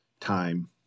time